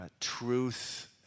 truth